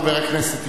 חבר הכנסת אילטוב,